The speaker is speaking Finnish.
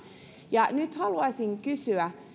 nyt haluaisin kysyä